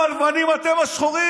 אתה הראשון,